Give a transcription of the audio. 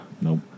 Nope